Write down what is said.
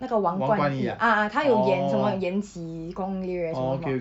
那个王冠逸 ah ah 他有演什么演延禧攻略什么什么